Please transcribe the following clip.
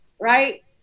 right